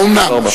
תודה רבה.